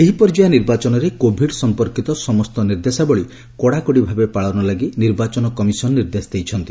ଏହି ପର୍ଯ୍ୟାୟ ନିର୍ବାଚନରେ କୋଭିଡ୍ ସଂପର୍କିତ ସମସ୍ତ ନିର୍ଦ୍ଦେଶାବଳୀ କଡ଼ାକଡ଼ି ଭାବେ ପାଳନ ଲାଗି ନିର୍ବାଚନ କମିଶନ୍ ନିର୍ଦ୍ଦେଶ ଦେଇଛନ୍ତି